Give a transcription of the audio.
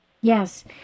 Yes